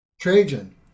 Trajan